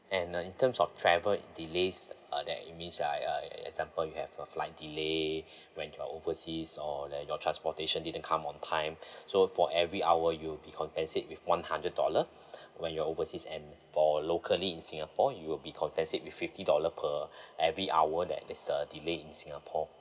and uh in terms of travel delays uh that it means uh uh e~ example you have a flight delay when you're overseas or that your transportation didn't come on time so for every hour you'll be compensate with one hundred dollar when you're overseas and for locally in singapore you will be compensate with fifty dollar per every hour that is the delay in singapore